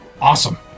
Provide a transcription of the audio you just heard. awesome